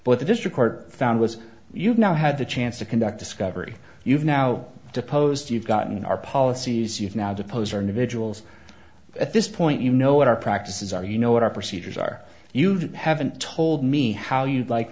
but the district court found was you've now had the chance to conduct discovery you've now deposed you've gotten our policies you've now depose or individuals at this point you know what our practices are you know what our procedures are you haven't told me how you'd like